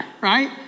right